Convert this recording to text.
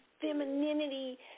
femininity